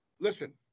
Listen